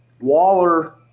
Waller